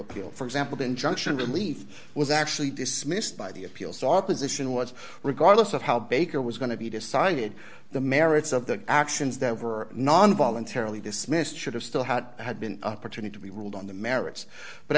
appeal for example the injunction relief was actually dismissed by the appeals thought position was regardless of how baker was going to be decided the merits of the actions that were non voluntarily dismissed should have still had had been opportunity to be ruled on the merits but